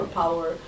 power